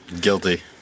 Guilty